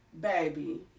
baby